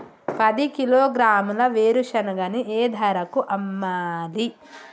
పది కిలోగ్రాముల వేరుశనగని ఏ ధరకు అమ్మాలి?